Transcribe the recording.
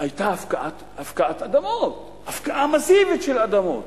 היתה הפקעת אדמות, הפקעה מסיבית של האדמות.